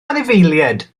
anifeiliaid